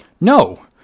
No